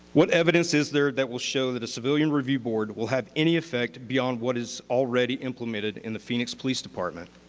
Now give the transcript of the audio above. what evidence is there that will show that the civilian review board will have any effect beyond what is already implemented in the phoenix police department?